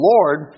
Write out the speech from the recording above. Lord